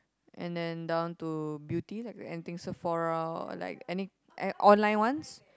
and then down to beauty like anything Sephora or like any and online ones